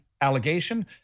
allegation